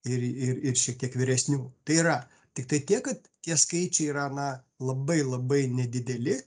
ir ir ir šiek tiek vyresnių tai yra tiktai tiek kad tie skaičiai yra na labai labai nedideli